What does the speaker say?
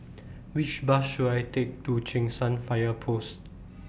Which Bus should I Take to Cheng San Fire Post